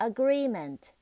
Agreement